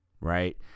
Right